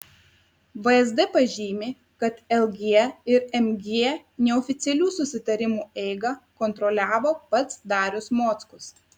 vsd pažymi kad lg ir mg neoficialių susitarimų eigą kontroliavo pats darius mockus